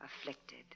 afflicted